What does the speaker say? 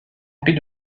prix